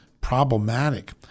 problematic